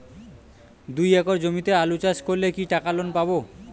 দুই একর জমিতে আলু চাষ করলে কি টাকা লোন পাবো?